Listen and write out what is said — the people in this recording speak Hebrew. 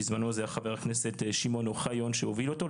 בזמנו זה היה חבר הכנסת שמעון אוחיון שהוביל אותו,